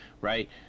right